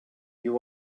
you